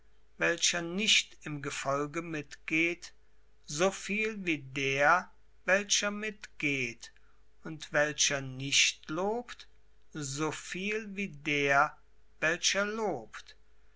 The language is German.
welcher nicht im gefolge mitgeht so viel wie der welcher mitgeht und welcher nicht lobt so viel wie der welcher lobt